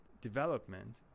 development